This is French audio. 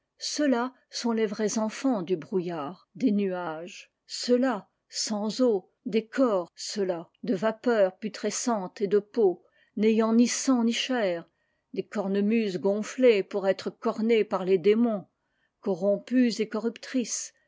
ceux-là sont les vrais enfants du brouillard des nuages ceux-là sans eau des corps ceux-là de vapeur putrescente et de peau n'ayant ni sang ni chair des cornemuses gonflées pour être cornées par les démons corrompues et corruptrices